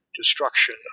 destruction